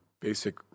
basic